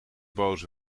boos